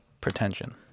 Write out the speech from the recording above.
pretension